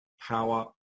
power